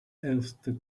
aleister